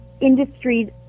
industries